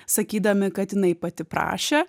sakydami kad jinai pati prašė